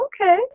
okay